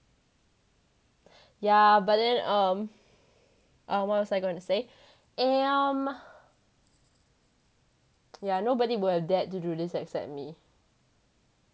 yeah but then um what was I gonna say um yeah nobody would have dared to do this except me